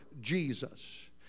Jesus